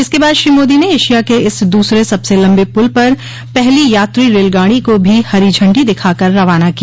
इसके बाद श्री मोदी ने एशिया के इस दूसरे सबसे लंबे पुल पर पहली यात्री रेलगाड़ी को भी हरी झंडी दिखाकर रवाना किया